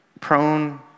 Prone